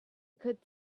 could